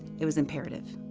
it was imperative.